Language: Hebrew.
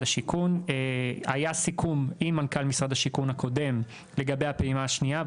השיכון - היה סיכום עם מנכ"ל משרד השיכון הקודם לגבי הפעימה השנייה,